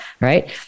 right